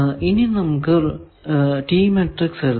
ഇനി നമുക്ക് T matrix എഴുതാം